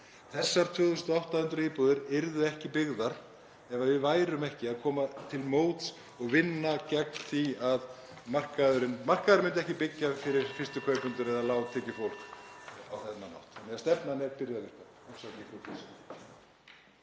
Þessar 2.800 íbúðir yrðu ekki byggðar ef við værum ekki að koma til móts við fólk. Markaðurinn myndi ekki byggja fyrir fyrstu kaupendur eða lágtekjufólk á þennan hátt, þannig að stefnan er byrjuð að virka.